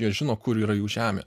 jie žino kur yra jų žemė